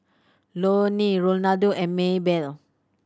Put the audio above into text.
Loni Ronaldo and Maebell